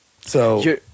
So-